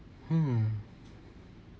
hmm